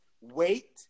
wait